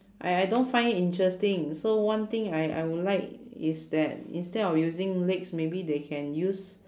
I I don't find it interesting so one thing I I would like is that instead of using legs maybe they can use